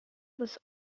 was